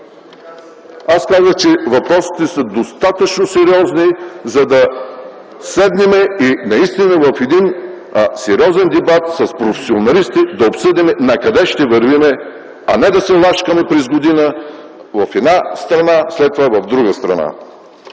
Аз казах, че въпросите са достатъчно сериозни, за да седнем и наистина в един сериозен дебат с професионалисти да обсъдим накъде ще вървим, а не да се лашкаме през година в една посока, след това в друга посока.